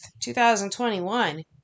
2021